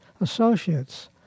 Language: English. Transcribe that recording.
associates